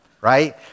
Right